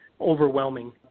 overwhelming